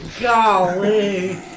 Golly